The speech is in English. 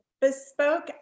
Bespoke